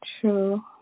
True